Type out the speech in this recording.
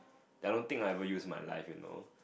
I don't think I will ever use my life you know